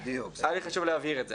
היה לי חשוב להבהיר את זה.